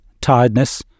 tiredness